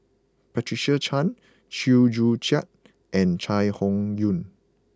Patricia Chan Chew Joo Chiat and Chai Hon Yoong